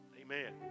Amen